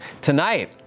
Tonight